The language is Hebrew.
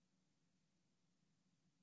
ונישאר.